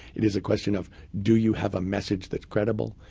it is a question of, do you have a message that's credible,